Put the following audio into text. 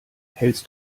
hältst